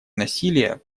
насилие